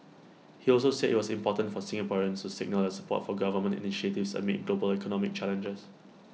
he also said IT was important for Singaporeans to signal their support for government initiatives amid global economic challenges